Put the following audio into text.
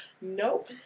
Nope